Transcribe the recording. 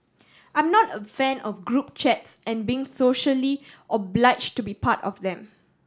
I'm not a fan of group chats and being socially obliged to be part of them